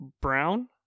Brown